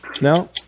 No